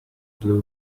blue